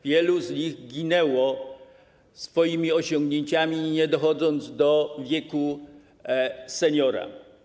Wielu z nich ginęło, ze swoimi osiągnięciami nie dochodziło do wieku seniora.